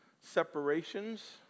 separations